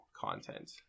content